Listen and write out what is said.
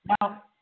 Now